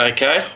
Okay